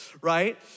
right